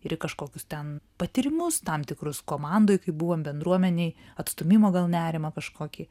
ir į kažkokius ten patyrimus tam tikrus komandoj kai buvom bendruomenėj atstūmimo gal nerimą kažkokį